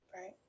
Right